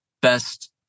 best